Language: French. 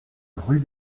rue